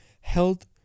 held